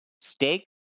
steak